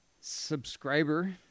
subscriber